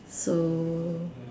so